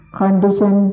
condition